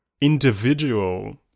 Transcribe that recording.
individual